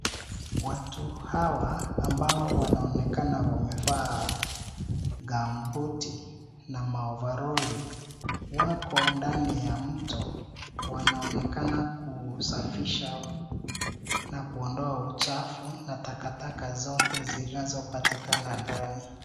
Watu hawa ambao wanaonekana wamevaa gambuti na maovaroli, wako ndani ya mto. Wanaonekana kusafisha na kuondoa uchafu na takataka zote zinazopatikana ndani.